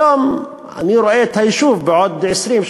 היום אני רואה את היישוב בעוד 20,